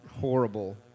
horrible